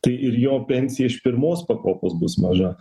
tai ir jo pensija iš pirmos pakopos bus maža